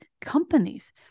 companies